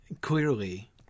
clearly